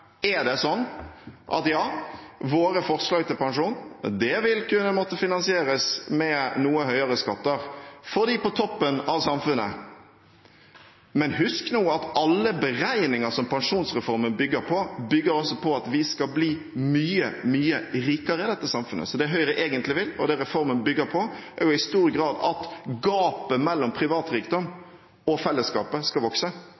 Ja, våre forslag til pensjon vil kunne måtte finansieres med noe høyere skatter for dem på toppen av samfunnet, men husk nå at alle beregninger som pensjonsreformen bygger på, bygger på at vi skal bli mye, mye rikere i dette samfunnet. Det Høyre egentlig vil, og det reformen bygger på, er i stor grad at gapet mellom privat rikdom og fellesskapet skal vokse.